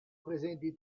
presenti